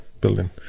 building